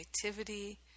creativity